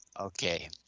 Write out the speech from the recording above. Okay